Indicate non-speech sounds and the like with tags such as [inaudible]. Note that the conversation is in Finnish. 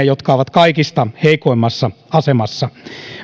[unintelligible] jotka ovat kaikista heikoimmassa asemassa